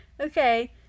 Okay